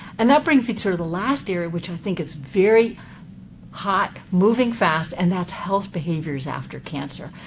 and that brings me to the last area, which i think is very hot, moving fast, and that's health behaviors after cancer.